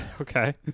Okay